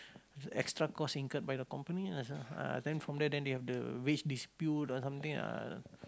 extra cost incurred by the company ah uh then from there they have the wage dispute or something uh